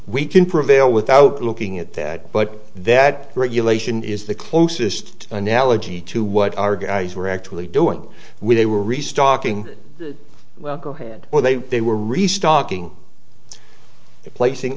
can prevail without looking at that but that regulation is the closest analogy to what our guys were actually doing when they were restocking well go ahead or they they were restocking placing